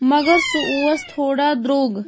مگر سُہ اوس تھوڑا درٛوٚگ